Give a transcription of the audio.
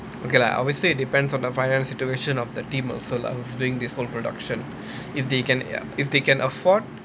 okay lah obviously it depends on the finance situation of the team also lah who is doing this whole production if they can if they can afford